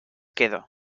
quedo